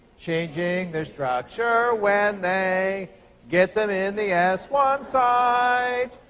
changing their structure when they get them in the s one site.